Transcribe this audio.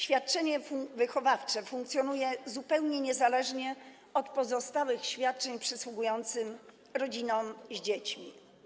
Świadczenie wychowawcze funkcjonuje zupełnie niezależnie od pozostałych świadczeń przysługującym rodzinom z dziećmi.